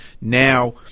now